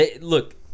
Look